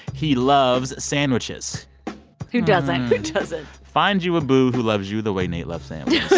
he loves sandwiches who doesn't? who doesn't? find you a beau who loves you the way nate loves sandwiches